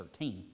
13